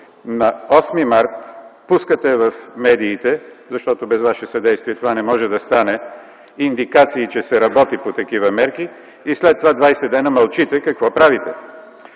на 8 март пускате в медиите – защото без ваше съдействие това не може да стане – индикации, че се работи по такива мерки, и след това 20 дни мълчите какво правите.